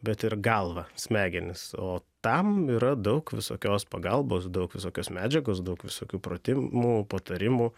bet ir galvą smegenis o tam yra daug visokios pagalbos daug visokios medžiagos daug visokių pratimų patarimų